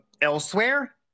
elsewhere